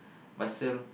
but still